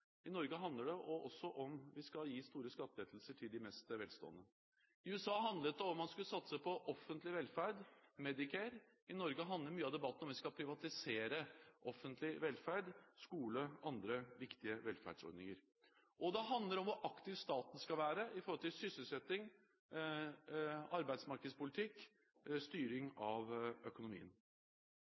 I Norge handler det også om vi skal gi store skattelettelser til dem som er mest velstående. I USA handlet det om man skulle satse på offentlig velferd – Medicare. I Norge handler mye av debatten om vi skal privatisere offentlig velferd – skole og andre viktige velferdsordninger. Og det handler om hvor aktiv staten skal være i forhold til sysselsetting, arbeidsmarkedspolitikk og styring av økonomien.